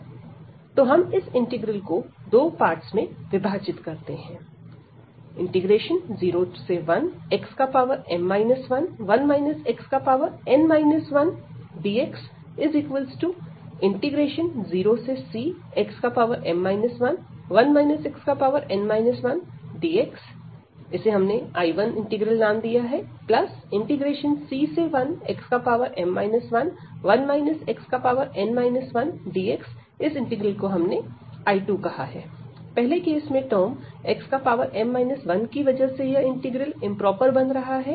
तो हम इस इंटीग्रल को 2 पार्टस में विभाजित करते हैं 01xm 11 xn 1dx0cxm 11 xn 1dx⏟I1c1xm 11 xn 1dx⏟I2 पहले केस में टर्म xm 1 की वजह से यह इंटीग्रल इंप्रोपर बन रहा है